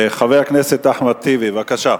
חבר הכנסת אחמד טיבי, בבקשה.